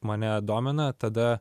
mane domina tada